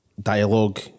dialogue